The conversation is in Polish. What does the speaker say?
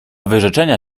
wyrzeczenia